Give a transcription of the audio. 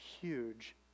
huge